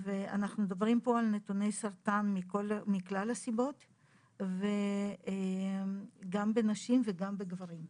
אנחנו מדברים פה על נתוני סרטן מכלל הסיבות גם בנשים וגם בגברים.